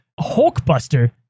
Hulkbuster